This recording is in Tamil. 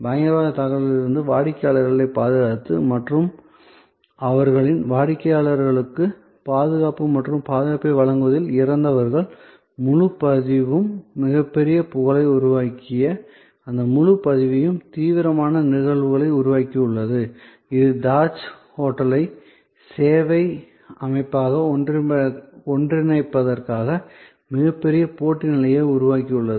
பயங்கரவாத தாக்குதலில் இருந்து வாடிக்கையாளர்களைப் பாதுகாத்தது மற்றும் அவர்களின் வாடிக்கையாளர்களுக்குப் பாதுகாப்பு மற்றும் பாதுகாப்பை வழங்குவதில் இறந்தவர்கள் முழு பதிவும் மிகப்பெரிய புகழை உருவாக்கிய அந்த முழு பதிவையும் தீவிரமான நிகழ்வுகளை உருவாக்கியுள்ளது இது தாஜ்மஹால் ஹோட்டலை சேவை அமைப்பாக ஒன்றிணைப்பதற்காக மிகப்பெரிய போட்டி நிலையை உருவாக்கியுள்ளது